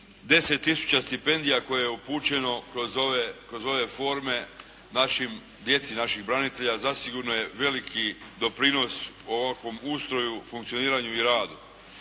10 tisuća stipendija koje je upućeno kroz ove forme našoj djeci naših branitelja zasigurno je veliki doprinos ovakvom ustroju, funkcioniranju i radu.